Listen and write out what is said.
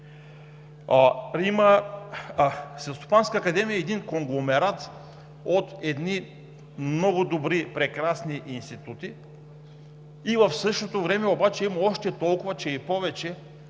Селскостопанската академия е конгломерат от едни много добри и прекрасни институти. В същото време обаче има още толкова, че и повече,